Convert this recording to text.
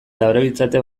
darabiltzate